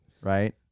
right